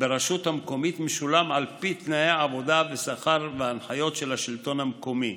ברשות המקומית משולם על פי תנאי העבודה בשכר וההנחיות של השלטון המקומי.